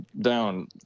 down